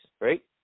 right